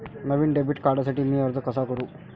नवीन debit कार्डसाठी मी अर्ज कसा करू?